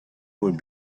would